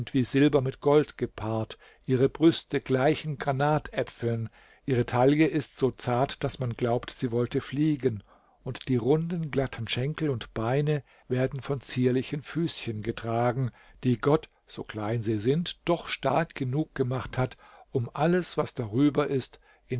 wie silber mit gold gepaart ihre brüste gleichen granatäpfeln ihre taille ist so zart daß man glaubt sie wollte fliegen und die runden glatten schenkel und beine werden von zierlichen füßchen getragen die gott so klein sie sind doch stark genug gemacht hat um alles was darüber ist